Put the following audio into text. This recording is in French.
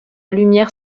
lumière